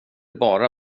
bara